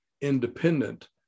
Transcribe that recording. independent